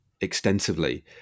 extensively